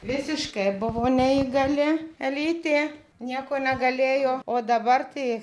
visiškai buvo neįgali elytė nieko negalėjo o dabar tai